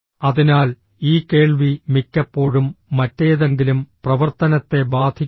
അതിനാൽ ഈ കേൾവി മിക്കപ്പോഴും മറ്റേതെങ്കിലും പ്രവർത്തനത്തെ ബാധിക്കില്ല